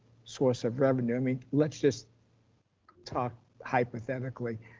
source of revenue, i mean, let's just talk hypothetically,